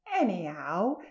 Anyhow